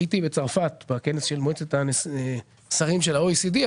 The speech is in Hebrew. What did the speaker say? הייתי בצרפת, בכנס של מועצת השרים של ה-OECD.